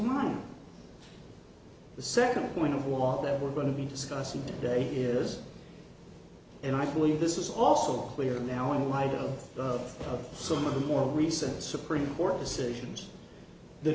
mine the second point of wall that we're going to be discussing today is and i believe this is also clear now in light of some of the more recent supreme court decisions the